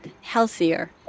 healthier